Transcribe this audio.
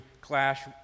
clash